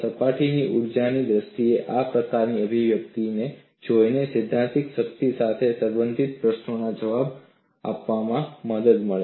સપાટી ઊર્જાની દ્રષ્ટિએ આ પ્રકારની અભિવ્યક્તિને જોઈને સૈદ્ધાંતિક શક્તિ સાથે સંબંધિત પ્રશ્નોના જવાબ આપવામાં મદદ મળી